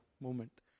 movement